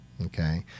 okay